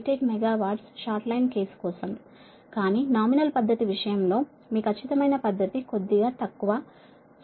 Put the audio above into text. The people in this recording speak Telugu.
88 మెగావాట్స్ షార్ట్ లైన్ కేసు కోసం కానీ నామినల్ పద్ధతి విషయం లో మీ ఖచ్చితమైన పద్ధతి కొద్దిగా తక్కువ 52